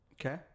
Okay